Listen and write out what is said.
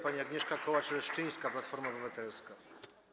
Pani Agnieszka Kołacz-Leszczyńska, Platforma Obywatelska.